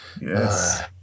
Yes